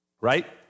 right